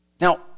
Now